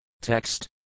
Text